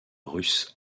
russes